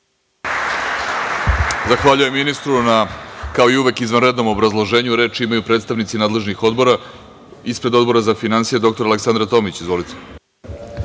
Zahvaljujem ministru na, kao i uvek, izvanrednom obrazloženju. Reč imaju predstavnici nadležnih odbora. Ispred Odbora za finansije dr Aleksandra Tomić. Izvolite.